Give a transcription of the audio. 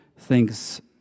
thinks